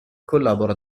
collabora